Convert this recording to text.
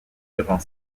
durant